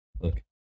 Look